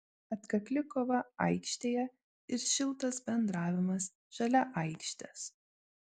atkakli kova aikštėje ir šiltas bendravimas šalia aikštės